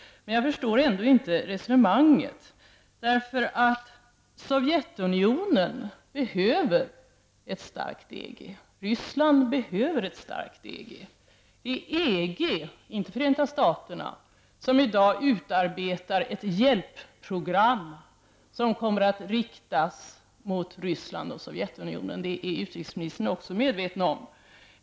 Men jag förstår ändå inte resonemanget. Sovjetunionen behöver ju ett starkt EG. Ryssland behöver ett starkt EG. Det är EG, inte Förenta Staterna, som i dag utarbetar ett hjälpprogram som kommer att riktas mot Ryssland och Sovjetunionen. Det är utrikesministern också medveten om.